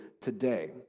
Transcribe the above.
today